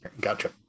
gotcha